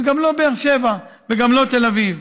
וגם לא באר שבע וגם לא תל אביב.